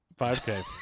5K